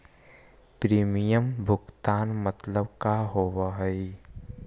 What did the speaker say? Premium भुगतान मतलब का होव हइ?